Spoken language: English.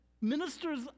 ministers